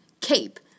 Cape